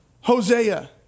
Hosea